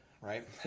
right